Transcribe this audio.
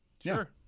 Sure